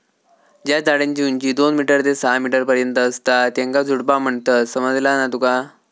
ज्या झाडांची उंची दोन मीटर ते सहा मीटर पर्यंत असता त्येंका झुडपा म्हणतत, समझला ना तुका?